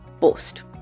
post